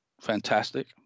fantastic